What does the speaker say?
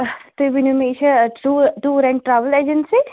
تُہۍ ؤنِو مےٚ یہِ چھا اتہِ tour tour and travel agency